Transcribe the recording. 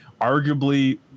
arguably